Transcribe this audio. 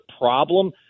problem